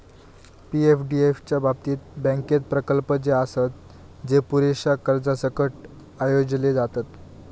पी.एफडीएफ च्या बाबतीत, बँकेत प्रकल्प जे आसत, जे पुरेशा कर्जासकट आयोजले जातत